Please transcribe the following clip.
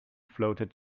floated